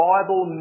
Bible